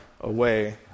away